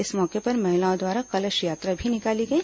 इस मौके पर महिलाओं द्वारा कलश यात्रा भी निकाली गई